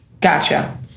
Gotcha